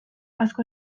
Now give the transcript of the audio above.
asko